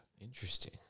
Interesting